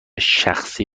شخصی